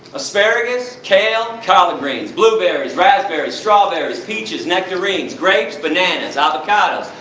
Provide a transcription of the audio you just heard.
asparagus? kale, collard greens, blueberries, raspberries, strawberries, peaches, nectarines, grapes, bananas, avocados,